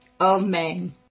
Amen